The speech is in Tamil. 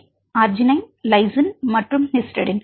மாணவர் அர்ஜினைன் லைசின் மற்றும் ஹிஸ்டைடின்